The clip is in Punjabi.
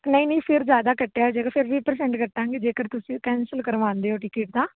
ਨਹੀਂ ਨਹੀਂ ਫਿਰ ਜ਼ਿਆਦਾ ਕੱਟਿਆ ਜਾਵੇਗਾ ਫਿਰ ਵੀਹ ਪਰਸੈਂਟ ਕੱਟਾਂਗੇ ਜੇਕਰ ਤੁਸੀਂ ਕੈਂਸਲ ਕਰਵਾਉਂਦੇ ਹੋ ਟਿਕਟ ਤਾਂ